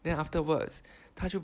then afterwards 他就